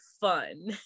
fun